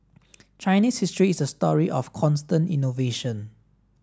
Chinese history is a story of constant innovation